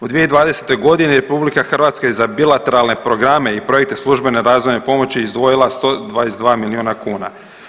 U 2020. godini RH je za bilateralne programe i projekte službene razvojne pomoći izdvojila 122 miliona kuna.